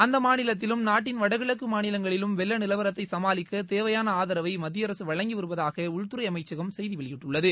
அந்த மாநிலத்திலும் நாட்டின் வடகிழக்கு மாநிலங்களிலும் வெள்ள நிலவரத்தை சமாளிக்க தேவையான ஆதரவை மத்திய அரசு வழங்கி வருவதாக உள்துறை அமைச்சகம் செய்தி வெளியிட்டுள்ளது